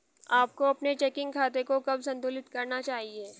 आपको अपने चेकिंग खाते को कब संतुलित करना चाहिए?